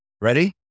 Ready